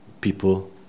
people